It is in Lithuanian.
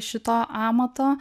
šito amato